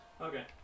Okay